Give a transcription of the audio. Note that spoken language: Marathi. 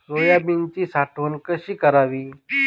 सोयाबीनची साठवण कशी करावी?